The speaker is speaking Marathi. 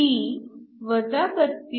ती 32